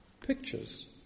Pictures